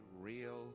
real